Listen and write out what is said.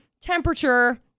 temperature-